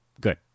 good